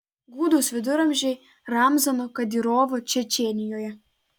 gūdūs viduramžiai ramzano kadyrovo čečėnijoje